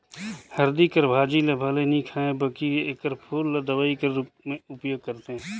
हरदी कर भाजी ल भले नी खांए बकि एकर फूल ल दवई कर रूप में उपयोग करथे